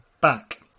back